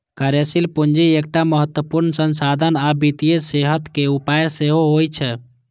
कार्यशील पूंजी एकटा महत्वपूर्ण संसाधन आ वित्तीय सेहतक उपाय सेहो होइ छै